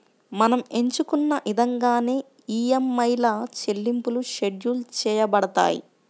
మనం ఎంచుకున్న ఇదంగానే ఈఎంఐల చెల్లింపులు షెడ్యూల్ చేయబడతాయి